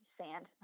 sand